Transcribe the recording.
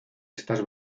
estas